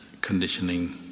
conditioning